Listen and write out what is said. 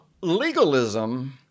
legalism